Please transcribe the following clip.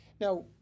Now